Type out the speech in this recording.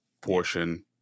portion